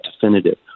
definitive